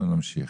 אנחנו נמשיך.